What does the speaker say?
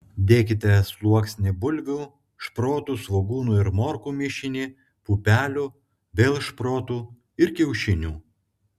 dėkite sluoksnį bulvių šprotų svogūnų ir morkų mišinį pupelių vėl šprotų ir kiaušinių